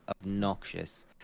obnoxious